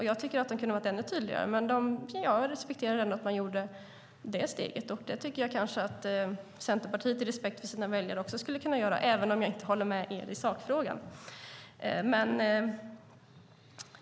Jag tycker att de hade kunnat vara ännu tydligare, men jag respekterar ändå att de tog det steget. Det tycker jag kanske att Centerpartiet i respekt för sina väljare också skulle kunna göra, även om jag inte håller med er i sakfrågan.